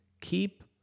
keep